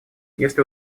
если